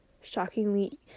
shockingly